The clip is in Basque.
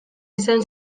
izan